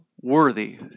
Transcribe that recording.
worthy